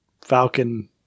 Falcon